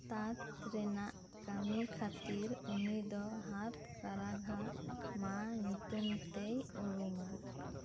ᱛᱟᱸᱛ ᱨᱮᱱᱟᱜ ᱠᱟᱢᱤ ᱠᱷᱟᱛᱤᱨ ᱩᱱᱤ ᱫᱚ ᱦᱟᱛᱠᱟᱨᱟᱜᱷᱟ ᱢᱟ ᱧᱩᱛᱩᱢ ᱛᱮᱭ ᱩᱨᱩᱢᱟ